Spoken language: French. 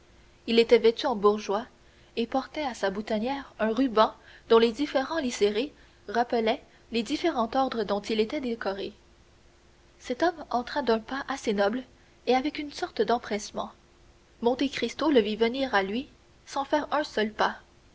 il était vêtu en bourgeois et portait à sa boutonnière un ruban dont les différents liserés rappelaient les différents ordres dont il était décoré cet homme entra d'un pas assez noble et avec une sorte d'empressement monte cristo le vit venir à lui sans faire un seul pas